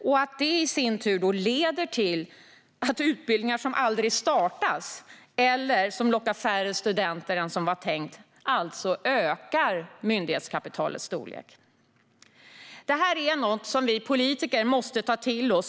Det leder i sin tur till att utbildningar som aldrig startas eller som lockar färre studenter än det var tänkt ökar myndighetskapitalets storlek. Detta är något som vi politiker måste ta till oss.